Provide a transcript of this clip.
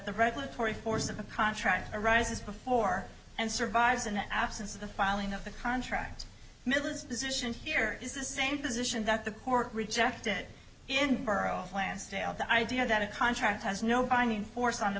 the regulatory force of a contract arises before and survives in the absence of the filing of the contract ms position here is the same position that the court rejected in borough plan stale the idea that a contract has no binding force on the